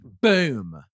Boom